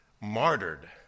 martyred